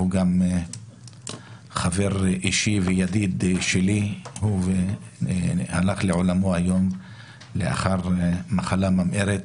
שהוא גם חבר אישי וידיד שלי הלך לעולמו לאחר מחלה ממארת.